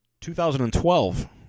2012